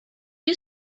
you